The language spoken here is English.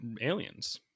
aliens